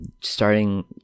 Starting